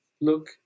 look